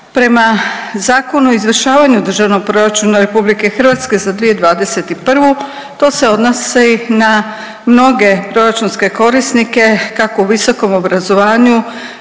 Prema Zakonu o izvršavanju državnog proračuna Republike Hrvatske za 2021. to se odnosi na mnoge proračunske korisnike kako u visokom obrazovanju